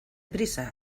prisa